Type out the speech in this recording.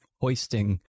hoisting